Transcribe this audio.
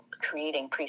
creating